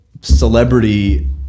celebrity